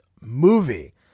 movie